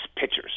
pitchers